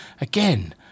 Again